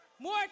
More